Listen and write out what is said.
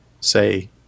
say